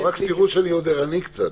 רק תראו שאני עוד ערני קצת.